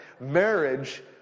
marriage